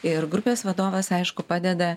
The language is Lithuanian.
ir grupės vadovas aišku padeda